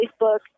Facebook